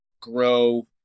grow